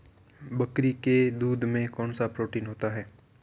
बकरी के दूध में कौनसा प्रोटीन होता है?